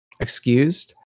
excused